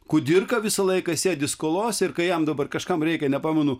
kudirka visą laiką sėdi skolose ir kai jam dabar kažkam reikia nepamenu